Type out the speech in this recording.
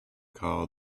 called